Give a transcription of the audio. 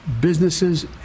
BUSINESSES